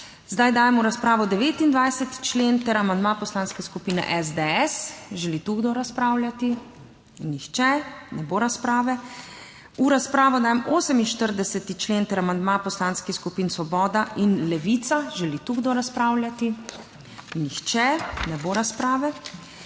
Zdaj dajem v razpravo 29. člen ter amandma Poslanske skupine SDS. Želi kdo razpravljati? Nihče, ne bo razprave. V razpravo dajem 48. člen ter amandma poslanskih skupin Svoboda in Levica. Želi tu kdo razpravljati? Nihče, ne bo razprave.